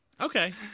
Okay